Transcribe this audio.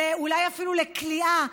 אולי אפילו כליאה,